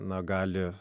na gali